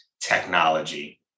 technology